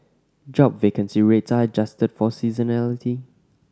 job vacancy rates are adjusted for seasonality